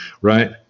right